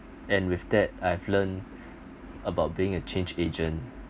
and with that I've learned about being a change agent